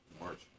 March